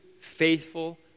faithful